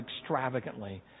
extravagantly